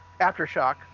aftershock